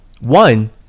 one